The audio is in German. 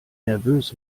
nervös